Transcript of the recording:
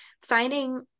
finding